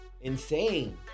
insane